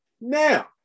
Now